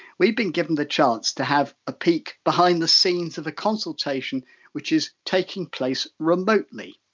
we've been given the chance to have a peak behind the scenes of a consultation which is taking place remotely.